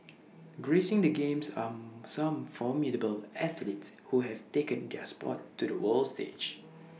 gracing the games are some formidable athletes who have taken their Sport to the world stage